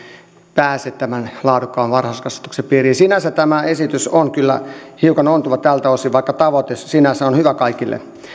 pääse tämän laadukkaan varhaiskasvatuksen piiriin sinänsä tämä esitys on kyllä hiukan ontuva tältä osin vaikka tavoite sinänsä on hyvä kaikille